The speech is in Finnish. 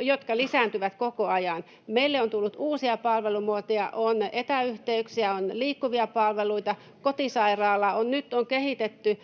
jotka lisääntyvät koko ajan. Meille on tullut uusia palvelumuotoja, on etäyhteyksiä, on liikkuvia palveluita ja kotisairaalaa. Nyt on kehitetty